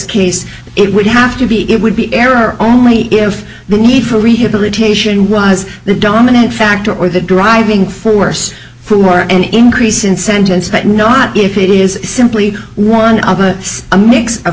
case it would have to be it would be error only if the need for rehabilitation was the dominant factor or the driving force for more an increase in sentence but not if it is simply one of the a mix of